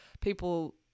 people